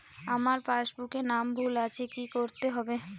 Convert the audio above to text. আমার পাসবুকে নাম ভুল আছে কি করতে হবে?